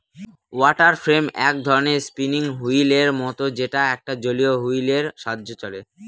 water frame এক ধরনের spinning wheel এর মত যেটা একটা জলীয় হুইল এর সাহায্যে চলে